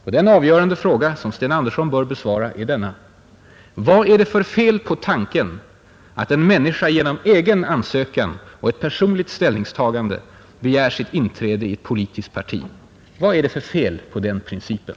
Och den avgörande frågan, som Sten Andersson bör besvara, är denna: Vad är det för fel på tanken att en människa genom egen ansökan och ett personligt ställningstagande begär sitt inträde i ett politiskt parti? Vad är det för fel på den principen?